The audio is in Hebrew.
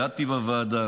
העדתי בוועדה,